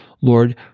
Lord